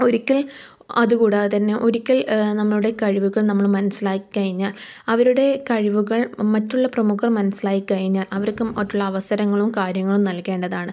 ഒരിക്കൽ അത് കൂടാതെ തന്നെ ഒരിക്കൽ നമ്മളുടെ കഴിവുകൾ നമ്മൾ മനസ്സിലാക്കി കഴിഞ്ഞാൽ അവരുടെ കഴിവുകൾ മറ്റുള്ള പ്രമുഖർ മനസിലാക്കിക്കഴിഞ്ഞാൽ അവർക്ക് മറ്റുള്ള അവസരങ്ങളും കാര്യങ്ങളും നൽകേണ്ടതാണ്